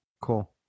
Cool